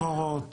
צרורות